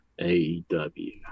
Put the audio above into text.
AEW